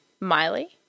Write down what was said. Miley